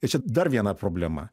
ir čia dar viena problema